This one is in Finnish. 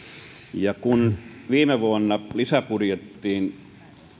olemaan kun viime vuonna lisäbudjettiin